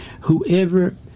Whoever